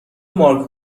مارک